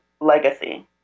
legacy